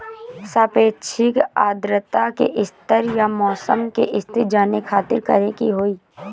सापेक्षिक आद्रता के स्तर या मौसम के स्थिति जाने खातिर करे के होई?